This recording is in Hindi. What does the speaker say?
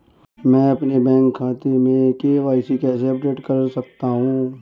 मैं अपने बैंक खाते में के.वाई.सी कैसे अपडेट कर सकता हूँ?